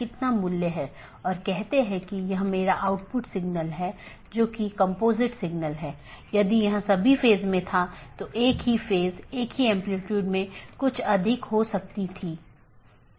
इसलिए समय समय पर जीवित संदेश भेजे जाते हैं ताकि अन्य सत्रों की स्थिति की निगरानी कर सके